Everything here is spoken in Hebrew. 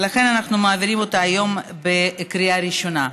ולכן, אנחנו מעבירים אותה היום בקריאה ראשונה.